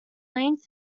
length